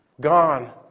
Gone